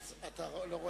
אתה לא רואה?